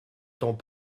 temps